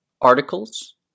articles